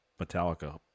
Metallica